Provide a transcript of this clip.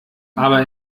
aber